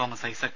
Thomas Isaac